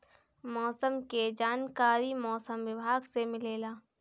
मौसम के जानकारी मौसम विभाग से मिलेला?